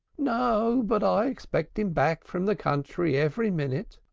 no, but i expect him back from the country every minute.